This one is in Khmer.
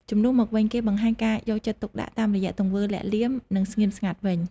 ជំនួសមកវិញ គេបង្ហាញការយកចិត្តទុកដាក់តាមរយៈទង្វើលាក់លៀម និងស្ងៀមស្ងាត់វិញ។